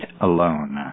alone